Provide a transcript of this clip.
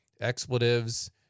expletives